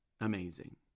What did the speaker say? amazing